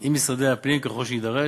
עם משרד הפנים ככל שיידרש.